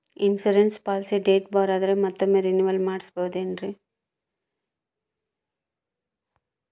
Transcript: Insurance policy date ಬಾರ್ ಆದರೆ ಮತ್ತೊಮ್ಮೆ ರಿನಿವಲ್ ಮಾಡಿಸಬಹುದೇ ಏನ್ರಿ?